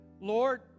Lord